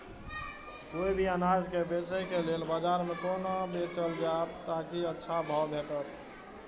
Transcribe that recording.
कोय भी अनाज के बेचै के लेल बाजार में कोना बेचल जाएत ताकि अच्छा भाव भेटत?